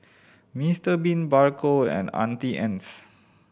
Mister Bean Bargo and Auntie Anne's